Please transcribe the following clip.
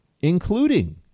including